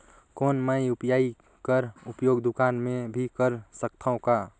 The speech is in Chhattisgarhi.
कौन मै यू.पी.आई कर उपयोग दुकान मे भी कर सकथव का?